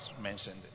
mentioned